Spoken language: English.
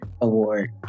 Award